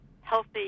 healthy